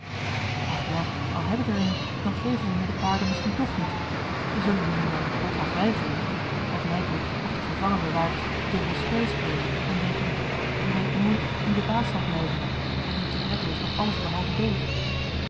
ach ja al heb ik er een dan geven ze me de paarden misschien toch niet ze zullen me nu wel niet bot af weigeren het lijkt me of de gevangenbewaarders dubbel spel spelen en denken je weet nooit wie de baas zal blijven en il tigretto is nog allesbehalve dood